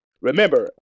Remember